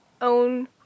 own